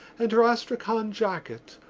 and her astrakhan jacket,